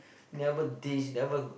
never this never